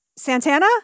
Santana